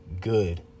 good